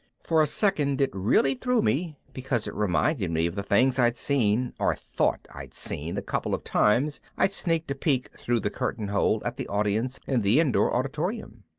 for a second it really threw me because it reminded me of the things i'd seen or thought i'd seen the couple of times i'd sneaked a peek through the curtain-hole at the audience in the indoor auditorium.